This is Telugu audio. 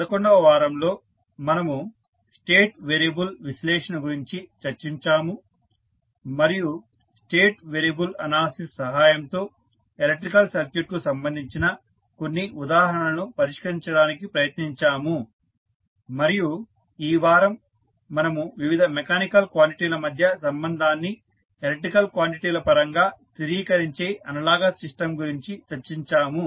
11 వ వారంలో మనము స్టేట్ వేరియబుల్ విశ్లేషణ గురించి చర్చించాము మరియు స్టేట్ వేరియబుల్ అనాలిసిస్ సహాయంతో ఎలక్ట్రికల్ సర్క్యూట్కు సంబంధించిన కొన్ని ఉదాహరణలను పరిష్కరించడానికి ప్రయత్నించాము మరియు ఈ వారం మనము వివిధ మెకానికల్ క్వాంటిటీ ల మధ్య సంబంధాన్ని ఎలక్ట్రికల్ క్వాంటిటీ ల పరంగా స్థిరీకరించే అనలాగస్ సిస్టం గురించి చర్చించాము